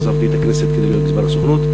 עזבתי את הכנסת כדי להיות גזבר הסוכנות.